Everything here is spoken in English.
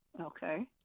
Okay